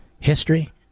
history